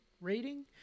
rating